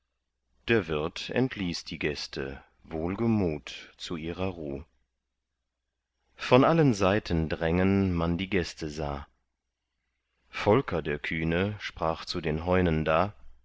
der wirt entließ die gäste wohlgemut zu ihrer ruh von allen seiten drängen man die gäste sah volker der kühne sprach zu den heunen da